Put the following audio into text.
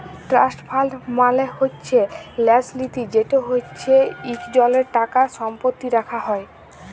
trust fund মালে হছে ল্যাস লিতি যেট হছে ইকজলের টাকা সম্পত্তি রাখা হ্যয়